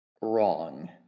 ...wrong